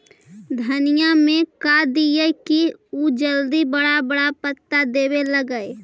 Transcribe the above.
धनिया में का दियै कि उ जल्दी बड़ा बड़ा पता देवे लगै?